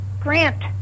grant